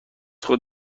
خود